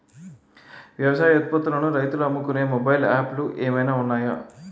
వ్యవసాయ ఉత్పత్తులను రైతులు అమ్ముకునే మొబైల్ యాప్ లు ఏమైనా ఉన్నాయా?